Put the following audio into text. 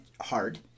hard